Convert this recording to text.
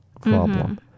problem